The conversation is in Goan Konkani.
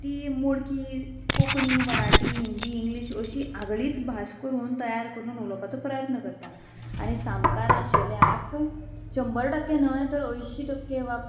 ती मोडकी कोंकणी मराठी हिंदी इंग्लीश अशी आगळीच भास करून तयार करून उलोवपाचो प्रयत्न करता आनी सामकार आशिल्ल्याक शंबर टक्के न्हय तर अंयशीं टक्के वा